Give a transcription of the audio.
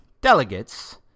delegates